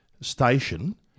station